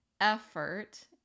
effort